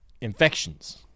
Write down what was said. infections